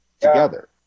together